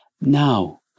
Now